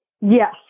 yes